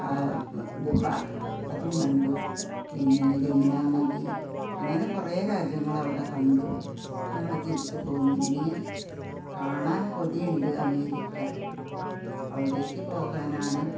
ആ ഗുഹ അതും കണ്ടു പിന്നെ യമുനാനദി അങ്ങനെ കുറേ രാജ്യങ്ങള് അവിടെ കണ്ടു ഞങ്ങള് തിരിച്ചുപോന്നു ഇനിയും കാണാൻ കൊതിയുണ്ട് അമേരിക്ക അവിടേക്കു പോകാനാണ്